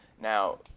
Now